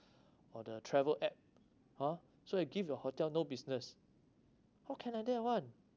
or the travel app ha so I give your hotel no business how can like that [one]